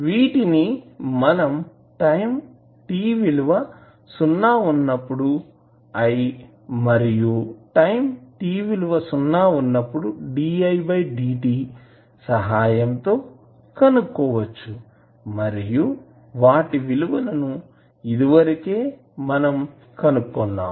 వీటిని మనం time t విలువ సున్నా ఉన్నప్పుడు i మరియు టైం t విలువ సున్నా ఉన్నప్పుడు didt సహాయం తో కనుక్కోవచ్చు మరియు వాటి విలువలు ఇదివరకే మనము కనుగొన్నాము